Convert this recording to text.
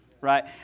right